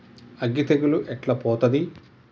అగ్గి తెగులు ఎట్లా పోతది?